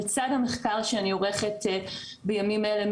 לצד המחקר שאני עורכת בימים אלה,